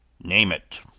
name it.